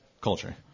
Culture